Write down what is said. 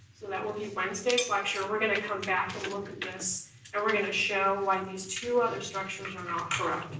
and that will be wednesday's lecture, we're gonna come back and look at this and we're gonna show why these two other structures are not correct.